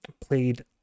played